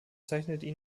kennzeichnet